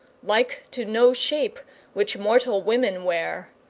like to no shape which mortal women wear.